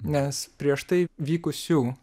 nes prieš tai vykusių